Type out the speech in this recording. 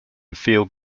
field